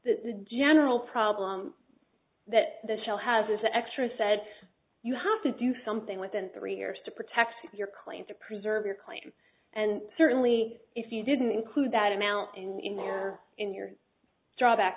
the general problem that the shell has is that extra said you have to do something within three years to protect your claim to preserve your claim and certainly if you didn't include that amount in there in your draw back